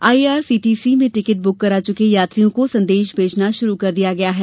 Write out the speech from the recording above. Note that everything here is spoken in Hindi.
आईआरसीटी ने टिकिट बुक करा चुके यात्रियों को संदेश भेजना शुरू कर दिया है